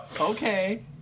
okay